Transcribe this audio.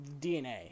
dna